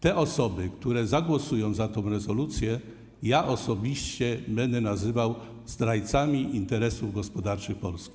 Te osoby, które zagłosują za tą rezolucją, ja osobiście będę nazywał zdrajcami interesów gospodarczych Polski.